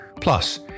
Plus